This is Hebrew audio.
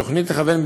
התוכנית תכוון,